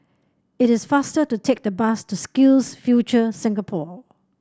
it is faster to take the bus to SkillsFuture Singapore